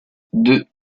deux